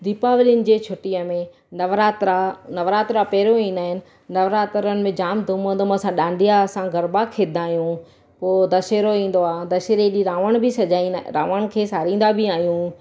दीपावलिनि जे छुटीअ में नवरात्रा में नवरात्रा पहिरियों ईंदा आहिनि नवरात्रनि में जाम धूम धूम सां डांडिया असां गरभा खेॾंदा आहियूं पोइ दशहरो ईंदो आहे दशहरे ॾींहुं रावण बि सजाईंदा रावण खे साड़ींदा बि आहियूं